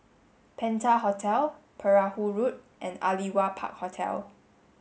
Penta Hotel Perahu Road and Aliwal Park Hotel